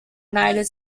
united